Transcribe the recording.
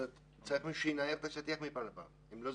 צריך שמישהו ינער את השטיח מפעם לפעם כי אם לא,